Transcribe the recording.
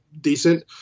decent